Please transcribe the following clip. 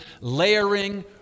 layering